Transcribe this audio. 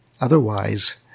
otherwise